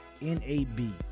NAB